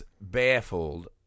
baffled